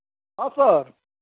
हाँ सर